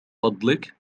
فضلك